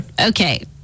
Okay